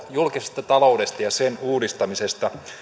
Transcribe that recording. julkisesta taloudesta ja sen uudistamisesta